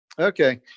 Okay